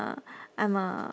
uh I'm a